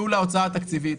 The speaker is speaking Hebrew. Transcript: ייעול ההוצאה התקציבים.